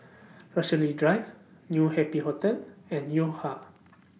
Rochalie Drive New Happy Hotel and Yo Ha